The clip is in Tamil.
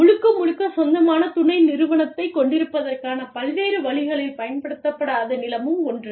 முழுக்க முழுக்க சொந்தமான துணை நிறுவனத்தைக் கொண்டிருப்பதற்கான பல்வேறு வழிகளில் பயன்படுத்தப்படாத நிலமும் ஒன்று